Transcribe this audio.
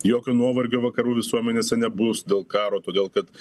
jokio nuovargio vakarų visuomenėse nebus dėl karo todėl kad